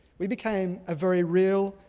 we became a very real,